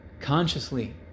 consciously